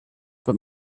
but